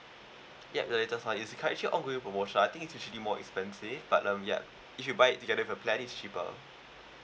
ya the latest [one] it's cur~ actually ongoing promotion I think it's actually more expensive but um ya if you buy if you have a plan is cheaper